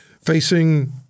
facing